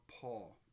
Paul